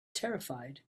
terrified